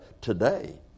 today